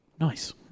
nice